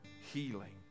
healing